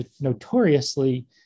notoriously